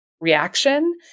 reaction